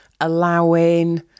allowing